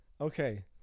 Okay